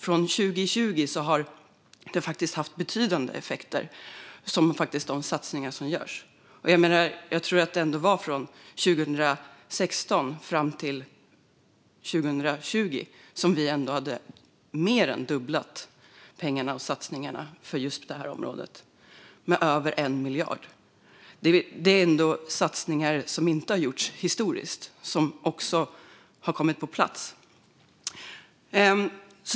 Från 2020 har de satsningar som görs faktiskt haft betydande effekter. Jag tror att det var från 2016 fram till 2020 som vi mer än fördubblade pengarna och satsningarna på just det här området med över 1 miljard. Det är satsningar som inte har gjorts historiskt som nu har kommit på plats.